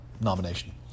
nomination